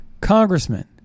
congressman